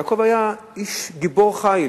יעקב היה איש גיבור חיל,